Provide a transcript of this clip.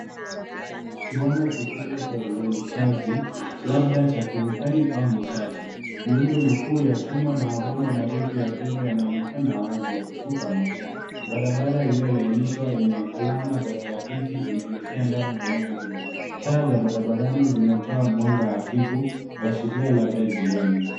Kiwanda kikubwa cha uzalishaji, labda cha kemikali au nishati. Miundo mikuu ya chuma, na mabomba marefu ya fedha yanaonekana wazi yakivuka moshi. Barabara iliyolainishwa yenye alama za trafiki inaelekea ndani ya eneo hilo. Taa za barabarani zinatoa mwanga hafifu, kuashiria labda jioni.